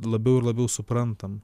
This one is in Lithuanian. labiau ir labiau suprantam